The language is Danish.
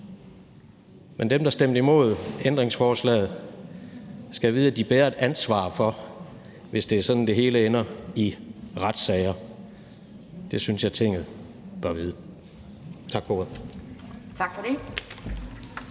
Men dem, der stemte imod ændringsforslagene, skal vide, at de bærer et ansvar for det, hvis det er sådan, at det hele ender i retssager. Det synes jeg Tinget bør vide. Tak for ordet.